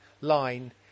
line